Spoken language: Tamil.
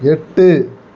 எட்டு